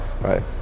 Right